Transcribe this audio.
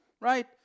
right